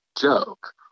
joke